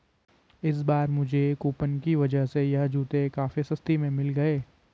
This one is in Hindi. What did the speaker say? इस बार मुझे कूपन की वजह से यह जूते काफी सस्ते में मिल गए